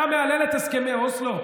אתה מהלל את הסכמי אוסלו?